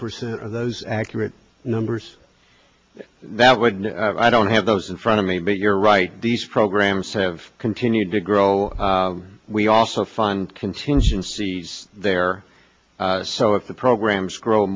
percent of those accurate numbers that would mean i don't have those in front of me but you're right these programs have continued to grow we also fund contingencies there so if the programs grow